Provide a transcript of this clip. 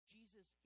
Jesus